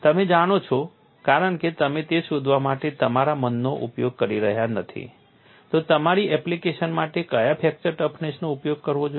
તમે જાણો છો કારણ કે તમે તે શોધવા માટે તમારા મનનો ઉપયોગ કરી રહ્યા નથી તો તમારી એપ્લિકેશન માટે કયા ફ્રેક્ચર ટફનેસનો ઉપયોગ કરવો જોઈએ